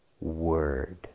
word